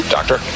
Doctor